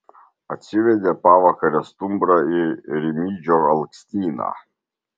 atsivedė pavakare stumbrą į rimydžio alksnyną